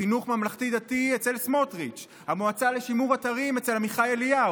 חינוך ממלכתי-דתי אצל סמוטריץ'; המועצה לשימור אתרים אצל עמיחי אליהו,